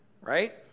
right